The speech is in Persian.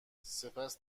سپس